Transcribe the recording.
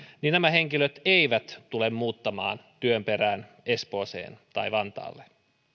niin nämä henkilöt eivät tule muuttamaan työn perässä espooseen tai vantaalle